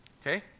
Okay